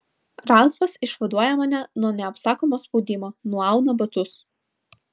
ralfas išvaduoja mane nuo neapsakomo spaudimo nuauna batus